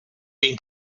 been